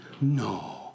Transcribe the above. No